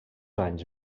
anys